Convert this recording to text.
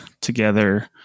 together